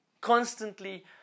constantly